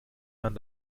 man